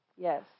Yes